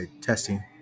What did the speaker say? testing